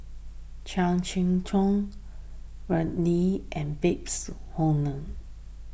Chan Sek Keong Andrew Lee and Babes Conde